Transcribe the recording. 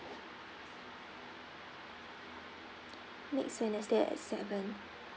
next wednesday at seven